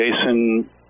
Jason